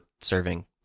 serving